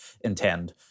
intend